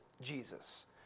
Jesus